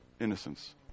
innocence